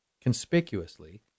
conspicuously